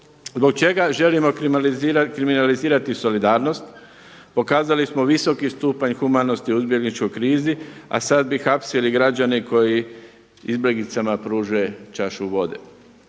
Zbog čega želimo kriminalizirati solidarnost? Pokazali smo visoki stupanj humanosti u izbjegličkoj krizi a sad bi hapsili građane koji izbjeglicama pruže čašu vode.